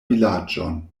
vilaĝon